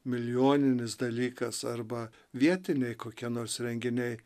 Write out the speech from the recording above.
milijoninis dalykas arba vietiniai kokie nors renginiai